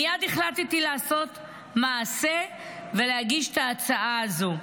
מייד החלטתי לעשות מעשה ולהגיש את ההצעה הזאת.